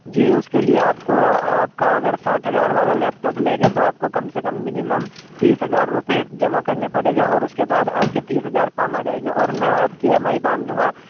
جی اس کے لیے آپ کو آپ کا اگر ساٹھ ہزار والا لیپ ٹاپ لیں گے تو آپ کو کم سے کم منیمم تیس ہزار روپیے جمع کرنے پڑیں گے اور اس کے بعد آپ کے تیس ہزارکام آ جائیں گے اور میں آپ کی ایم آئی باند دوں گا